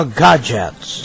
gadgets